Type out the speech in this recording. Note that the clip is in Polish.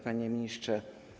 Panie Ministrze!